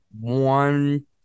one